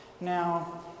Now